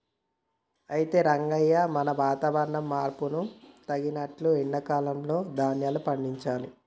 అయితే రంగయ్య మనం వాతావరణ మార్పును తగినట్లు ఎండా కాలంలో ధాన్యాలు పండించాలి